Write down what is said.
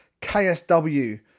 KSW